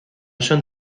son